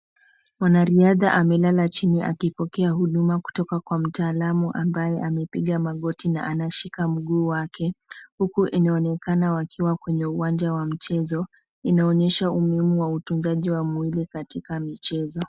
Mwanariadha amelala chini akipokea huduma kutoka kwa mtaalamu ambaye amepiga magoti na anashika mguu wake. Huku inaonekana wakiwa kwenye uwanja wa michezo. Inaonyesha umuhimu wa utunzaji wa mwili katika michezo.